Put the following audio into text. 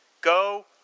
Go